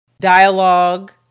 dialogue